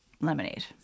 lemonade